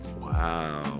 wow